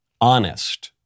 Honest